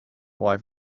why